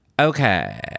Okay